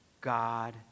God